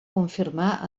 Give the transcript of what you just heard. confirmar